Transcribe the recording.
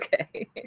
okay